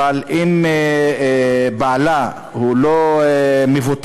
אבל אם בעלה לא מבוטח,